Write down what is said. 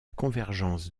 convergence